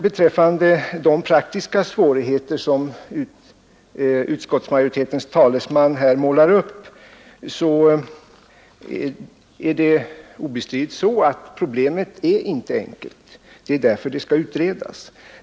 Beträffande de praktiska svårigheter som utskottsmajoritetens talesman här målar upp är det obestridligt så, att problemet är inte enkelt. Det är därför det skall utredas.